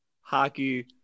hockey